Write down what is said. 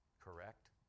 Correct